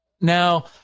Now